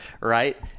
right